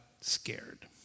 scared